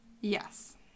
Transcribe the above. yes